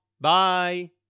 bye